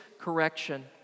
correction